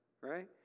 right